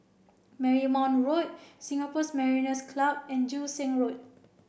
Marymount Road Singapore Mariners' Club and Joo Seng Road